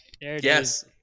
Yes